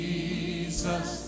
Jesus